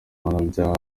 mpanabyaha